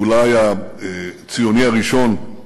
אולי הציוני הראשון,